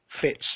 fits